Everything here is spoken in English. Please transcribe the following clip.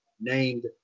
named